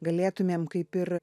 galėtumėm kaip ir